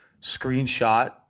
screenshot